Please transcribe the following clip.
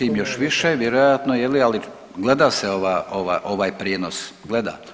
još više, vjerojatno je li ali gleda se ovaj prijenos gleda.